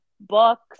books